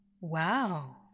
Wow